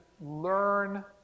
learn